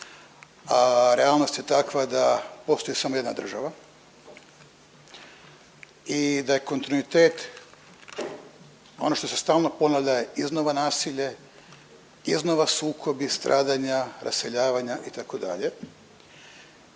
a realnost je takva da postoji samo jedna država i da je kontinuitet ono što se stalno ponavlja, iznova nasilje, iznova sukobi, stradanja, raseljavanja itd.